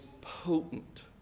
potent